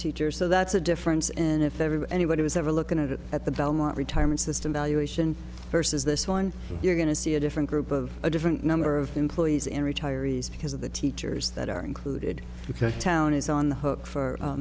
teachers so that's a difference and if every anybody who's ever looked at it at the belmont retirement system valuation versus this one you're going to see a different group of a different number of employees in retirees because of the teachers that are included because town is on the hook for